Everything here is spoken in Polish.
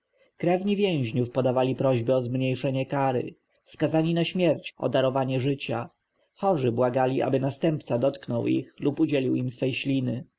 krewni więźniów podawali prośby o zmniejszenie kary skazani na śmierć o darowanie życia chorzy błagali aby następca dotknął ich lub udzielił im swej śliny